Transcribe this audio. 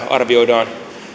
arvioidaan